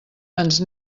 ens